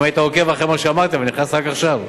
אם היית עוקב אחרי מה שאמרתי, אבל נכנסת רק עכשיו.